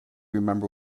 remember